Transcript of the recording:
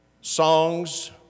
songs